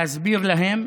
להסביר להם.